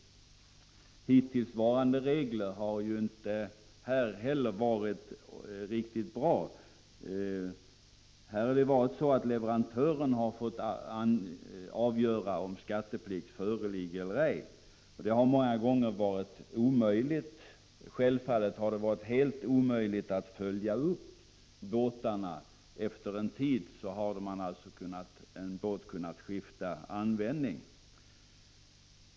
Hittillsvarande regler har ju inte heller varit riktigt bra. Leverantören har lämnats att avgöra om skatteplikt föreligger eller ej. Självfallet har det varit helt omöjligt att följa upp båtarna. Efter en tid har en båt kunnat skifta användning.